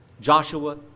Joshua